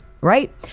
right